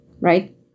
right